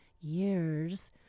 years